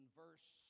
verse